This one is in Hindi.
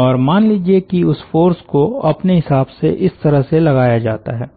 और मान लीजिये कि उस फ़ोर्स को अपने हिसाब से इस तरह लगाया जाता है